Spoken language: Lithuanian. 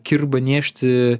kirba niežti